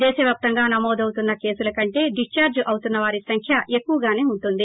దేశవ్యాప్తంగా నమోదవుతున్న కేసుల కంటే డిశ్చార్ట్ అవుతున్న వారి సంఖ్య ఎక్కువగానే ఉంటుంది